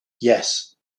yes